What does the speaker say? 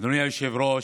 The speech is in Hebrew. אדוני היושב-ראש,